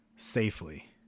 safely